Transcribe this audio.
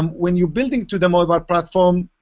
when you're building to the mobile platform,